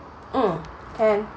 mm can